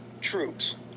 troops